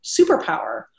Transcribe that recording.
superpower